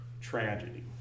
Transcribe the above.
tragedy